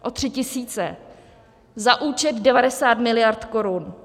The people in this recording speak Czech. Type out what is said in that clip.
O 3 tisíce za účet 90 miliard korun.